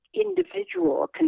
individual